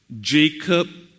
Jacob